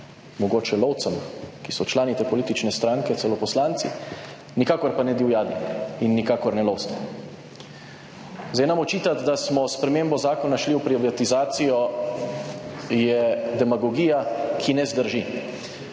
mogoče lovcem, ki so člani te politične stranke, celo poslanci, nikakor pa ne divjadi in nikakor ne lovstva. Zdaj nam očitati, da smo s spremembo zakona šli v privatizacijo, je demagogija, ki ne zdrži.